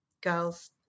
girls